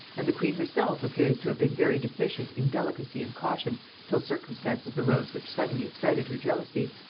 and the queen herself appears to have been very deficient in delicacy and caution till circumstances arose which suddenly excited her jealousy